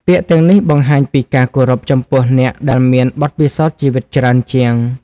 ពាក្យទាំងនេះបង្ហាញពីការគោរពចំពោះអ្នកដែលមានបទពិសោធន៍ជីវិតច្រើនជាង។